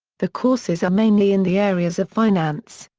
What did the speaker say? the courses are mainly in the areas of finance,